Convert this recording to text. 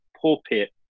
pulpit